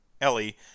Ellie